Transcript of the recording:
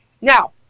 Now